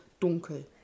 dunkel